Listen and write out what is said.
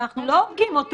אנחנו לא הורגים אותו.